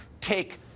take